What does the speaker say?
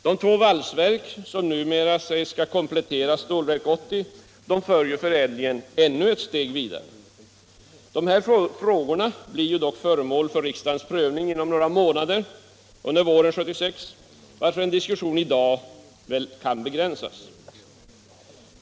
De två valsverk som numera sägs skola komplettera Stålverk 80 för ju förädlingen ännu ett steg vidare. Dessa frågor blir dock föremål för riksdagens prövning inom några månader, under våren 1976, varför en diskussion i dag väl kan begränsas.